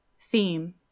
theme